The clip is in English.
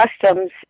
customs